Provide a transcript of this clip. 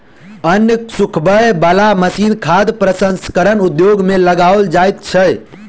अन्न सुखबय बला मशीन खाद्य प्रसंस्करण उद्योग मे लगाओल जाइत छै